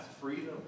freedom